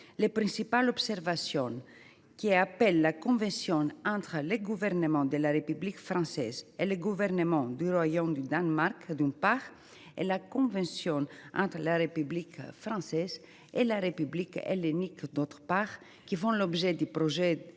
les principales observations qu’appellent la convention entre le Gouvernement de la République française et le Gouvernement du Royaume du Danemark, d’une part, et la convention entre la République française et la République hellénique, d’autre part, qui font l’objet du projet de loi unique soumis